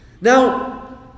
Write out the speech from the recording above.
Now